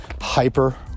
hyper